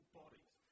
bodies